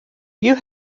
you